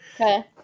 Okay